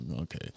okay